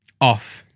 Off